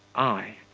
i.